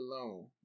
alone